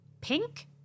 Pink